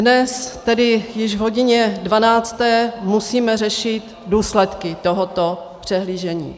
Dnes tedy již v hodině dvanácté musíme řešit důsledky tohoto přehlížení.